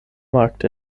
markt